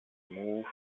moved